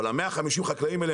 אבל ה-150 חקלאים האלה,